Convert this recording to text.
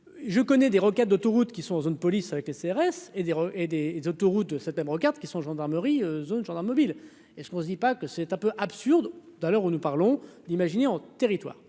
je connais des rocades, d'autoroutes qui sont en zone police avec CRS et des et des autoroutes de cette même regarde qui sont gendarmerie zone, gendarmes mobiles et ce qu'on ne dit pas que c'est un peu absurde d'à l'heure où nous parlons d'imaginer en territoire